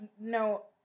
no